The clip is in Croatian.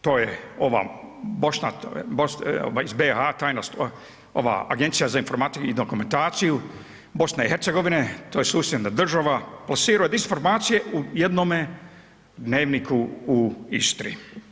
To je ova iz BiH tajna ova Agencija za informacije i dokumentaciju BiH, to je susjedna država po …/nerazumljivo/… disformacije u jednome dnevniku u Istri.